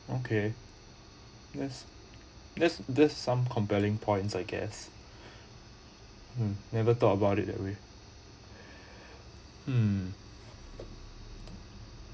okay let's let's there's some compelling point I guess um never thought about it that way um